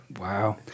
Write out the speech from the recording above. Wow